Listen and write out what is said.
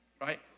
right